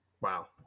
Wow